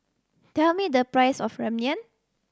tell me the price of Ramyeon